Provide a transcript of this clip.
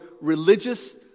religious